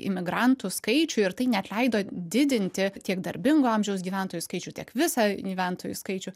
imigrantų skaičių ir tai net leido didinti tiek darbingo amžiaus gyventojų skaičių tiek visą gyventojų skaičių